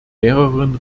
mehreren